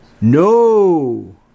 No